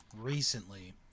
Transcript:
recently